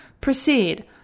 Proceed